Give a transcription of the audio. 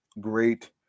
great